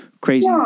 crazy